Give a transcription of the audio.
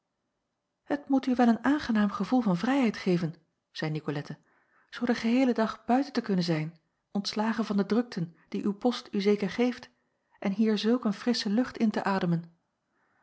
het moet u wel een aangenaam gevoel van vrijheid geven zeî nicolette zoo den geheelen dag buiten te kunnen zijn ontslagen van de drukten die uw post u zeker geeft en hier zulk een frissche lucht in te ademen